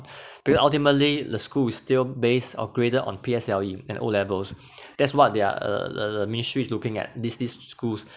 because ultimately the school is still based or graded on P_S_L_E and o-levels that's what they are uh uh the the ministry is looking at these these schools